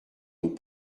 n’ont